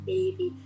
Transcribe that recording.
Baby